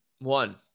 one